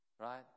Right